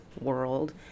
world